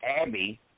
Abby